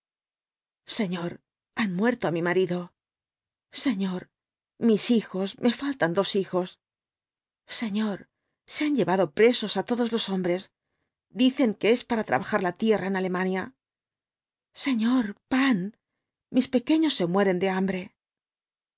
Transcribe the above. señor han muerto á mi marido señor n is hijos me faltan dos hijos señor se han llevado presos á todos los hombres dicen que es para trabajar la tierra en alemania señor pan mis pequeños se mueren de hambre